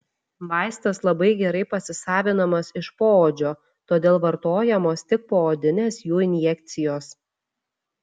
vaistas labai gerai pasisavinamas iš poodžio todėl vartojamos tik poodinės jų injekcijos